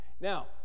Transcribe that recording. Now